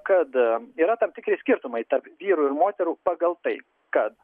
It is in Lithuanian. kad yra tam tikri skirtumai tarp vyrų ir moterų pagal tai kad